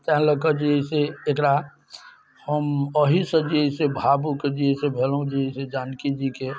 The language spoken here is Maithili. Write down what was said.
तैं लऽ कऽ जे है से एकरा हम अहिसँ जे है से भावुक जे है से भेलहुँ जे है से जानकी जीके